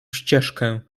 ścieżkę